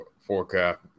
forecast